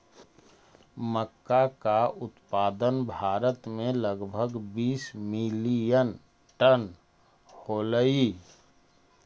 मक्का का उत्पादन भारत में लगभग बीस मिलियन टन होलई